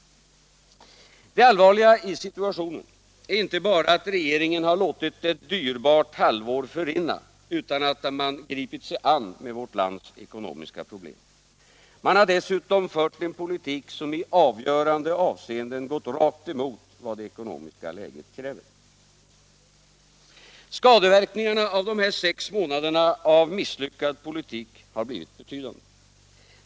Det allvarliga i situationen är inte bara att regeringen har låtit ett dyrbart halvår förrinna utan att ha gripit sig an med vårt lands ekonomiska problem. Man har dessutom fört en politik som i avgörande avseenden gått rakt emot vad det ekonomiska läget kräver. Skadeverkningarna av dessa sex månader av misslyckad politik har blivit betydande.